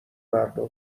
مردم